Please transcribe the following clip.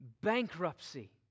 bankruptcy